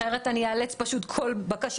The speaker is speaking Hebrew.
אחרת אני אאלץ כל בקשה